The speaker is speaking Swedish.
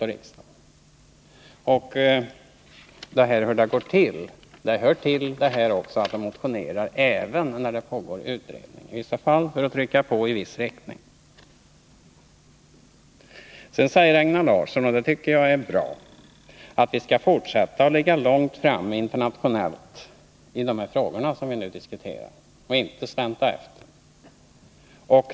Men till detta hur det går till hör också att man motionerar även när det pågår utredningar, i vissa fall för att trycka på i viss riktning. Einar Larsson säger vidare — och det tycker jag är bra— att vi i de frågor som vi nu diskuterar skall fortsätta att ligga långt framme internationellt och inte släntra efter.